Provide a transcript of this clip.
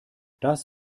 das